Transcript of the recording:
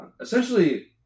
essentially